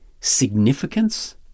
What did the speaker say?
Significance